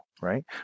right